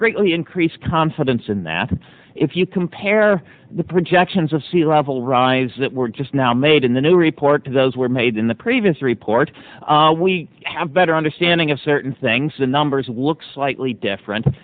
greatly increased confidence in that if you compare the projections the sea level rise that we're just now made in the new report those were made in the previous report we have better understanding of certain things the numbers look slightly different